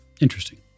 interesting